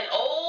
old